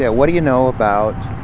yeah what do you know about,